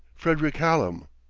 frederick hallam.